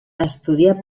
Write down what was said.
estudià